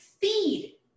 feed